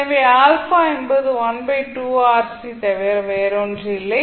எனவே α என்பது தவிர ஒன்றுமில்லை